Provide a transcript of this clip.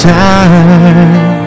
time